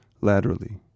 laterally